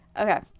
Okay